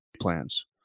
plans